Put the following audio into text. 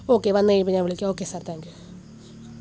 okay വന്നുകഴിയുമ്പോള് ഞാൻ വിളിക്കാം ഓക്കെ സാർ താങ്ക് യു